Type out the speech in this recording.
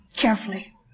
carefully